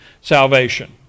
salvation